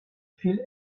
viel